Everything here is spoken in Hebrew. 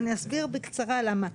ואני אסביר בקצרה למה.